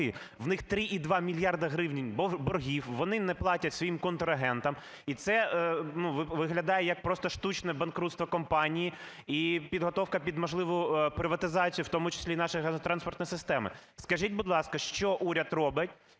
У них 2,3 мільярда гривень боргів, вони не платять своїм контрагентам. І це виглядає, як просто штучне банкрутство компанії і підготовка під можливу приватизацію в тому числі і нашої газотранспортної системи. Скажіть, будь ласка, що уряд робить,